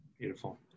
Beautiful